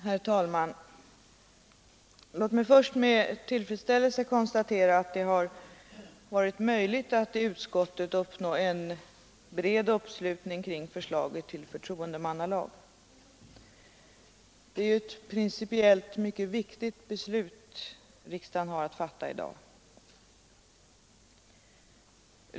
Herr talman! Låt mig först med tillfredsställelse konstatera att det har varit möjligt att i utskottet uppnå en bred uppslutning kring förslaget till förtroendemannalag. Det är ju ett principiellt mycket viktigt beslut riksdagen har att fatta i dag.